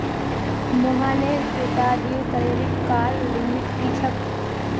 मोहनेर पिताजीर क्रेडिट कार्डर लिमिट की छेक